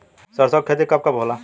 सरसों के खेती कब कब होला?